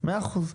מאה אחוז.